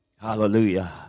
Hallelujah